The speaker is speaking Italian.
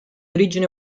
origine